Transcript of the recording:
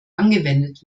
angewendet